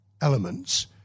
elements